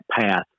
path